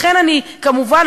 כמובן,